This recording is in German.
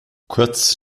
kurz